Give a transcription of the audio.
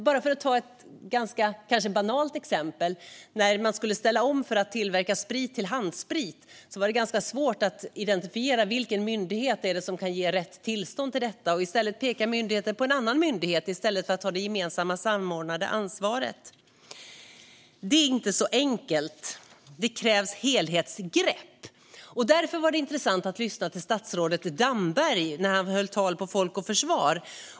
När sprittillverkningen skulle ställa om till handsprit var det svårt att identifiera vilken myndighet som kunde ge tillstånd för detta. Myndigheter hänvisade till andra myndigheter i stället för att ta ett samordnat ansvar. Det är inte så enkelt, så här krävs det ett helhetsgrepp. Därför var det intressant att lyssna till statsrådet Dambergs tal på Folk och Försvar.